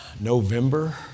November